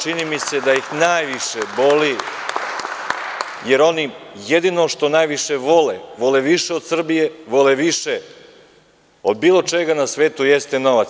Čini mi se da ih to najviše boli, jer oni jedino što najviše vole, vole više od Srbije, vole više od bilo čega na svetu, jeste novac.